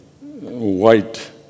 white